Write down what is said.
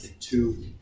two